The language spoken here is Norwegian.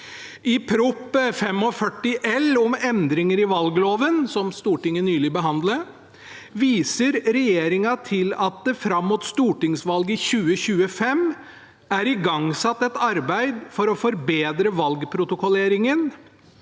2022–2023 om endringer i valgloven, som Stortinget nylig behandlet, viser regjeringen til at det fram mot stortingsvalget i 2025 er igangsatt et arbeid for å forbedre